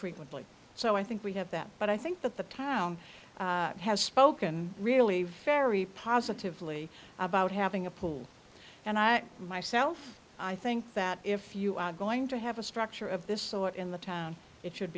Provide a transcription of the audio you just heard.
frequently so i think we have that but i think that the town has spoken really very positively about having a pool and i myself i think that if you are going to have a structure of this sort in the town it should